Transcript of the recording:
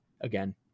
again